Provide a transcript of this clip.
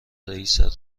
رئیست